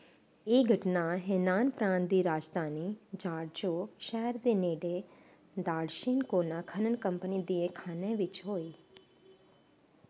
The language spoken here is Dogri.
एह् घटना हेनान प्रांत दी राजधानी जाङ्जौ शैह्र दे नेड़ै दाङ्शिन कोला खनन कंपनी दियें खानें बिच होई